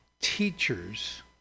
teachers